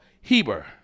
Heber